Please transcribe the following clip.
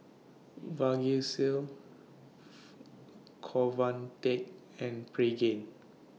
Vagisil Convatec and Pregain